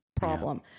problem